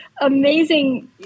amazing